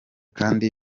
kandi